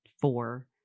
four